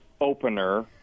opener